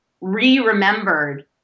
re-remembered